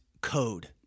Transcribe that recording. code